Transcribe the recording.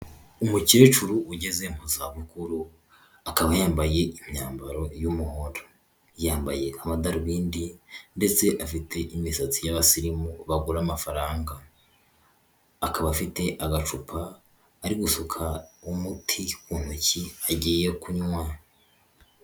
Umukecuru ugeze mu zabukuru, akaba yambaye imyambaro y'umuhondo, yambaye amadarubindi ndetse afite imisati y'abasirimu bagura amafaranga, akaba afite agacupa ari gusuka umuti mu ntoki agiye kunywa.